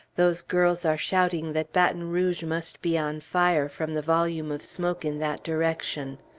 those girls are shouting that baton rouge must be on fire, from the volume of smoke in that direction.